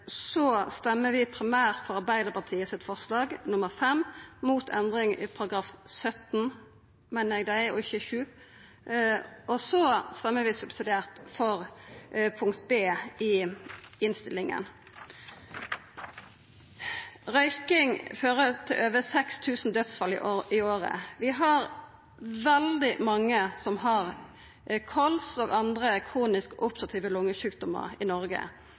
stemmer vi primært for Arbeidarpartiets forslag nr. 5 og mot endring av § 17 – meiner eg det er, og ikkje § 7 – og så stemmer vi subsidiært for punkt B i tilrådinga i innstillinga. Røyking fører til over 6 000 dødsfall i året. Vi har veldig mange som har kols og andre kronisk obstruktive lungesjukdomar i Noreg.